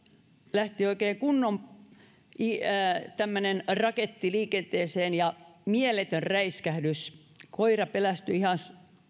lähti oikein tämmöinen kunnon raketti liikenteeseen ja mieletön räiskähdys koira pelästyi ihan